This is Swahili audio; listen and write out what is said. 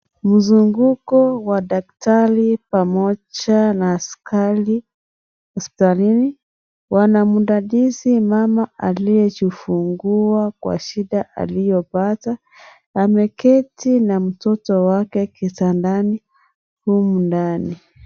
Mzunguko wa daktari pamoja na askari hospitalini wanamdadizi mama aliyejifungua Kwa shida aliyopata. Ameketi na mtoto wake kitandani humu ndani.